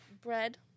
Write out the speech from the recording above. bread